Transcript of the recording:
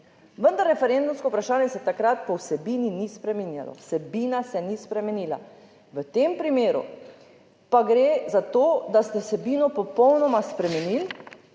vendar referendumsko vprašanje se takrat po vsebini ni spreminjalo, vsebina se ni spremenila. V tem primeru pa gre za to, da ste vsebino popolnoma spremenili,